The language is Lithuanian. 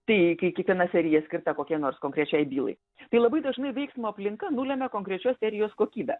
tai kai kiekviena serija skirta kokiai nors konkrečiai bylai tai labai dažnai veiksmo aplinka nulemia konkrečios serijos kokybę